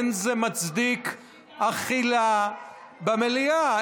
אין זה מצדיק אכילה במליאה.